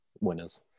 winners